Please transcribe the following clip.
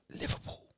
Liverpool